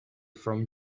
from